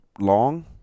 long